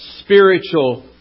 spiritual